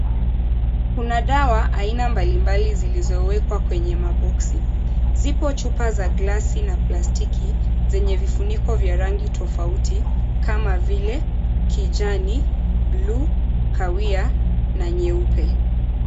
Kuna dawa aina mbali mbali zilizowekwa kwenye maboksi. Zipo chupa za glasi na plastiki yenye vifuniko vya rangi tofauti kama vile kijani, buluu, kahawia na nyeupe.